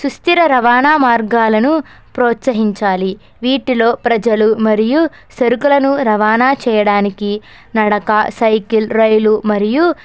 సుస్థిర రవాణా మార్గాలను ప్రోత్సహించాలి వీటిలో ప్రజలు మరియు సరుకులను రవాణా చేయడానికి నడక సైకిల్ రైలు మరియు